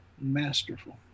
masterful